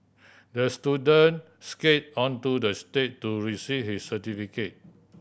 the student skated onto the stage to receive his certificate